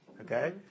okay